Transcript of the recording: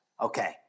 okay